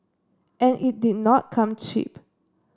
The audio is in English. and it did not come cheap